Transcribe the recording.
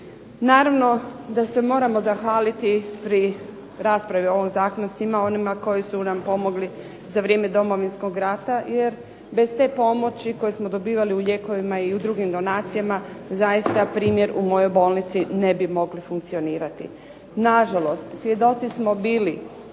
Naravno da se moram zahvaliti pri raspravi o ovom zakonu svima onima koji su nam pomogli za vrijeme Domovinskog rata, jer bez te pomoći koje smo dobivali u lijekovima i u drugim donacijama zaista primjer u mojoj bolnici ne bi mogli funkcionirati. Nažalost, svjedoci smo bili